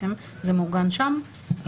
זה מעוגן שם,